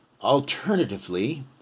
alternatively